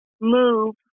move